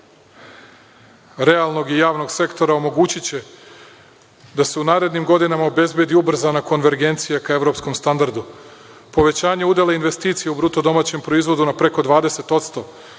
realnog i javnog sektora omogućiće nam da se u narednim godinama obezbedi ubrzana konvergencija ka evropskom standardu. Povećanje udela investicija u BDP na preko 20%,